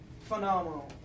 phenomenal